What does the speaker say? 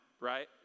right